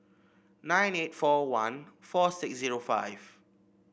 nine eight four one four six zero five